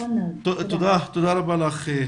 תודה רבה לך.